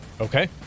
Okay